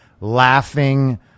laughing